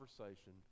conversation